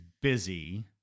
busy